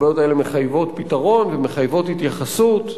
הבעיות האלה מחייבות פתרון ומחייבות התייחסות.